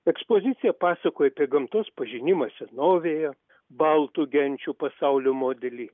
ekspozicija pasakoja apie gamtos pažinimą senovėje baltų genčių pasaulio modelį